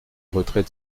retrait